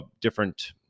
different